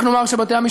רק נאמר שבתי-המשפט,